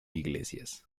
iglesias